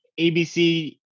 ABC